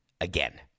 again